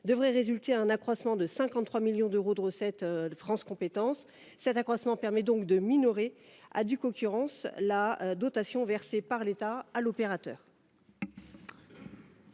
devrait résulter un accroissement de 53 millions d’euros des recettes de France Compétences. Cet accroissement permet de minorer à due concurrence la dotation versée par l’État à l’opérateur.